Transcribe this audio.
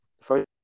First